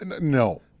no